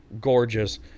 gorgeous